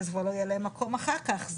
כי כבר לא יהיה להם מקום אחר כך.